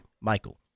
Michael